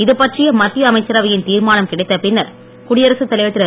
இதுபற்றிய மத்திய அமைச்சரவையின் தீர்மானம் கிடைத்த பின்னர் குடியரசுத் தலைவர் திரு